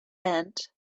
and